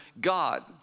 God